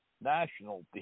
national